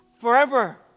Forever